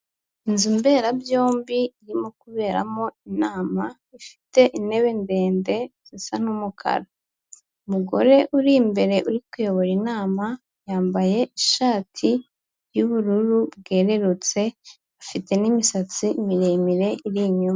Inzu mberabyombi irimo kuberamo inama ifite intebe ndende zisa n'umukara, umugore uri imbere uri kuyobora inama yambaye ishati y'ubururu bwerurutse afite n'imisatsi miremire iri inyuma.